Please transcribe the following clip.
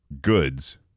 goods